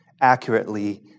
accurately